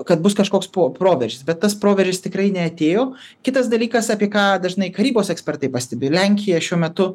kad bus kažkoks po proveržis bet tas proveržis tikrai neatėjo kitas dalykas apie ką dažnai karybos ekspertai pastebi lenkija šiuo metu